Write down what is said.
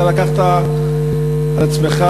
אתה לקחת על עצמך,